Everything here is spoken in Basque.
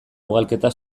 ugalketa